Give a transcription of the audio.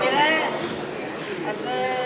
את היחידה ששמה לב, זה בדיוק.